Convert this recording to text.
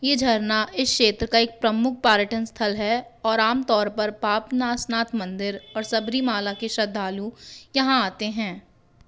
ये झरना इस क्षेत्र का एक प्रमुख पर्यटन स्थल है और आमतौर पर पापनासनाथ मंदिर और सबरीमाला के श्रद्धालु यहाँ आते हैं